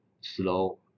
slow